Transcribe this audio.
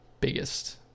biggest